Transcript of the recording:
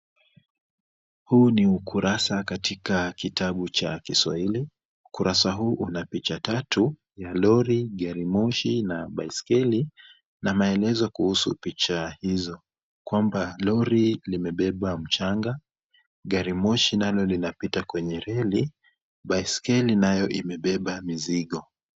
Huu ni ukurasa katika kitabu cha kiswahili. Ukurasa huu unapicha tatu ya lori, gari moshi na baiskeli na maelezo kuhusu picha hizo, kwamba lori limebeba mchanga, gari moshi nalo linapita kwenye reli, baiskeli nayo imebeba mizigo.